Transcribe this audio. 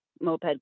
moped